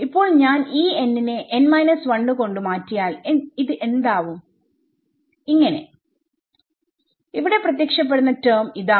ഇപ്പോൾ ഞാൻ ഈ n നെ n 1 കൊണ്ട് മാറ്റിയാൽ ഇത് എന്താവും ഇവിടെ പ്രത്യക്ഷപ്പെടുന്ന ടെർമ് ആവും